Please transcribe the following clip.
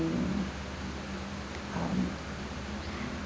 and um